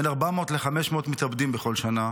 בין 400 ל-500 מתאבדים בכל שנה